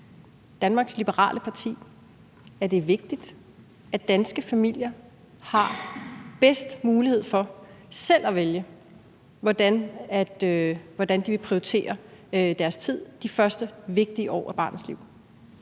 Danmarks Liberale Parti, at det er vigtigt, at danske familier har mulighed for selv at vælge, hvordan de vil prioritere deres tid de første vigtige år af barnets liv?